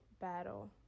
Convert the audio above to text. battle